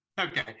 Okay